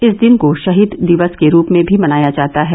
इस दिन को शहीद दिवस के रूप में भी मनाया जाता है